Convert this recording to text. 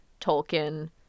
Tolkien